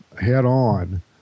head-on